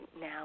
now